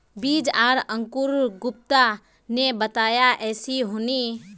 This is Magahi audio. बीज आर अंकूर गुप्ता ने बताया ऐसी होनी?